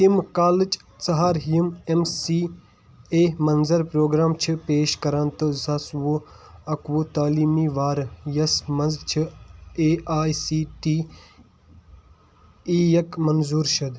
تِم کالٕج ژھانڈ یِم ایٚم سی اے مَنٛظر پروگرام چھِ پیش کران تہٕ زٟ ساس وُہ اکوُہ تعلیٖمی وارٟیَس مَنٛز چھِ A I C T E یک منظوٗر شُدٕ